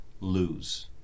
Lose